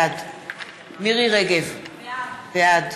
בעד מירי רגב, בעד